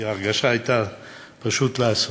כי ההרגשה הייתה פשוט לעשות.